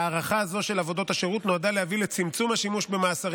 ההארכה הזו של עבודות השירות נועדה להביא לצמצום השימוש במאסרים